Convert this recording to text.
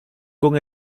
con